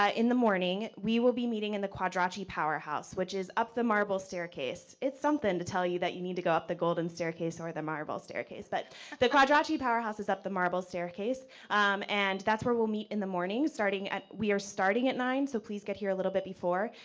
ah in the morning, we will be meeting in the quadracci powerhouse, which is up the marble staircase. it's something to tell you, you need to go up the golden staircase or the marble staircase. but the quadracci powerhouse is up the marble staircase and that's where we'll meet in the morning, starting at, we are starting at nine, so please, get here a little bit before.